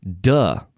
duh